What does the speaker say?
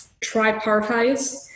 tripartite